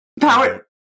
power